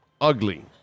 Ugly